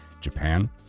Japan